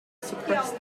suppressed